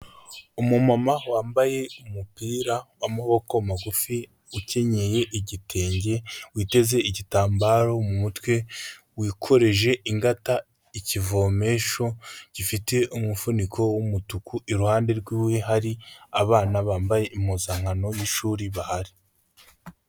Umu mama wambaye umupira w'amaboko magufi ukenyeye igitenge, witeze igitambaro mu mutwe, wikoreje ingata ikivomesho gifite umufuniko w'umutuku, iruhande rw'iwe hari abana bambaye impuzankano y'ishuri bahari.